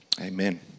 Amen